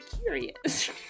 curious